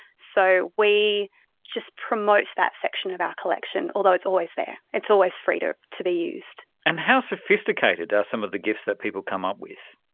so we just promote that section of our collection, although it's always there, it's always free to to be used. and how sophisticated are some of the gifs that people come up with?